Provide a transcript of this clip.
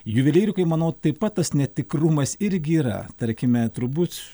juvelyrikoj manau taip pat tas netikrumas irgi yra tarkime turbūt